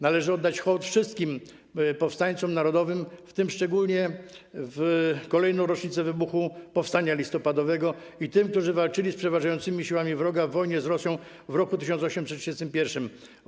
Należy oddać hołd wszystkim powstańcom narodowym, w tym szczególnie w kolejną rocznicę wybuchu powstania listopadowego, i tym, którzy walczyli z przeważającymi siłami wroga w wojnie z Rosją w roku 1831.